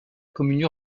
commune